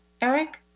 Eric